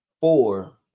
four